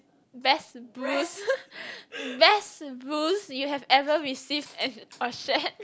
best boost best boost you have ever received as a set